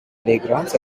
playgrounds